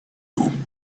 you